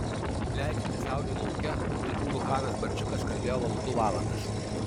leidžiantis saulei lauke uigūrų chanas barčiukas kalbėjo valandų valandas